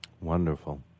Wonderful